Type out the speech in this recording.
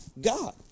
God